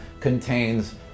contains